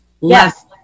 Yes